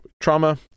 trauma